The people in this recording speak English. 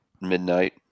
midnight